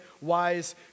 wise